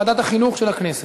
ועדת החינוך של הכנסת.